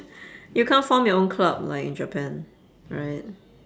you can't form your own club like in japan right